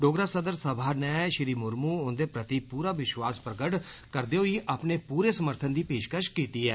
डोगरा सदर सभा नै श्री मुर्मू हुंदे प्रति विष्वास प्रगट करदे होई अपने पूरे समर्थन दी पेषकष कीती ऐ